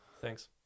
thanks